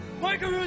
Michael